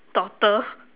daughter